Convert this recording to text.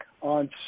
on